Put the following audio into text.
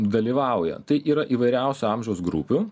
dalyvauja tai yra įvairiausio amžiaus grupių